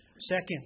Second